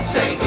Say